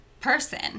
person